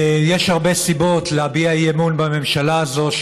יש הרבה סיבות להביע אי-אמון בממשלה הזו,